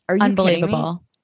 Unbelievable